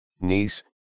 niece